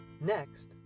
Next